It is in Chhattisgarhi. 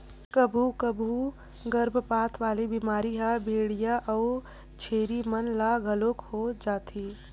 कभू कभू गरभपात वाला बेमारी ह भेंड़िया अउ छेरी मन ल घलो हो जाथे